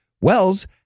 Wells